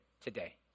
today